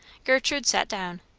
gertrude sat down.